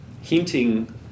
hinting